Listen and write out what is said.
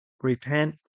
Repent